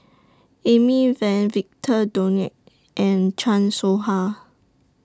Amy Van Victor Doggett and Chan Soh Ha